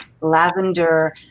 lavender